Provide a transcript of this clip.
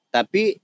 Tapi